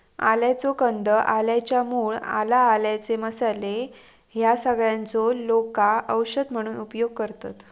आल्याचो कंद, आल्याच्या मूळ, आला, आल्याचे मसाले ह्या सगळ्यांचो लोका औषध म्हणून उपयोग करतत